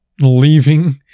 leaving